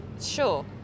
sure